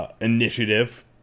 initiative